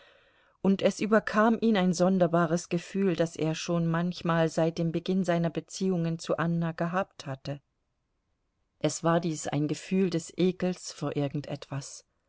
und es überkam ihn ein sonderbares gefühl das er schon manchmal seit dem beginn seiner beziehungen zu anna gehabt hatte es war dies ein gefühl des ekels vor irgend etwas